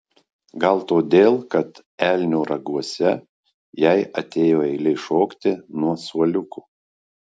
gal todėl kad elnio raguose jai atėjo eilė šokti nuo suoliuko